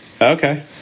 Okay